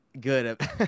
good